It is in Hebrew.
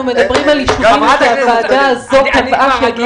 אנחנו מדברים על יישובים שהוועדה הזאת קבעה.